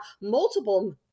multiple